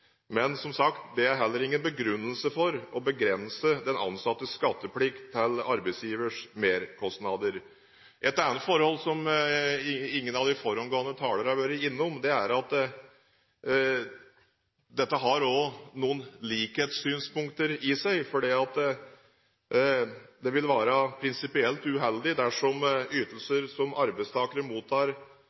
Men, som sagt, det er heller ingen begrunnelse for å begrense den ansattes skatteplikt til arbeidsgivers merkostnader. Et annet forhold som ingen av de foregående talere har vært innom, er at dette også har noen likhetssynspunkter i seg. Det vil være prinsipielt uheldig dersom ytelser som arbeidstakere mottar